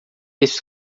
esse